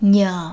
Nhờ